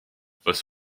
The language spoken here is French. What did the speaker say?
face